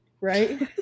Right